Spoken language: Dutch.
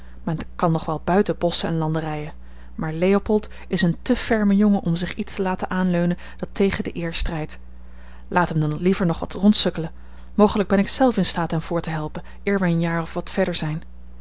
men kan nog wel buiten bosschen en landerijen maar leopold is een te ferme jongen om zich iets te laten aanleunen dat tegen de eer strijdt laat hem dan liever nog wat rondsukkelen mogelijk ben ik zelf in staat hem voort te helpen eer wij een jaar of wat verder zijn